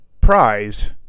prize